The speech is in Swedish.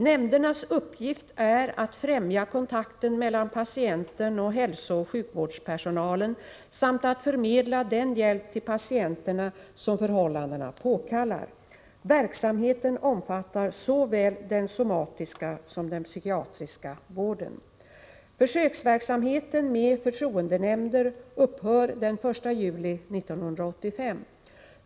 Nämndernas uppgift är att främja kontakten mellan patienten och hälsooch sjukvårdspersonalen samt att förmedla den hjälp till patienterna som förhållandena påkallar. Verksamheten omfattar såväl den somatiska som den psykiatriska vården. Försöksverksamheten med förtroendenämnder upphör den 1 juli 1985.